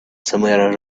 somewhere